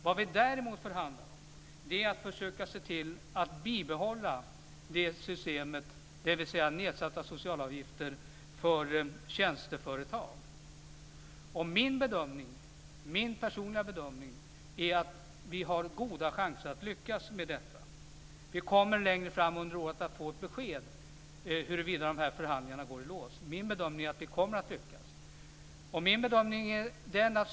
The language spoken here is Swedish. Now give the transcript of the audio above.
Vad vi däremot förhandlar om är att försöka se till att bibehålla systemet med nedsatta socialavgifter för tjänsteföretag. Min personliga bedömning är att vi har goda chanser att lyckas med detta. Vi kommer längre fram under året att få ett besked huruvida förhandlingarna går i lås. Min bedömning är att det kommer att lyckas.